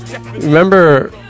remember